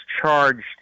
charged